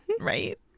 Right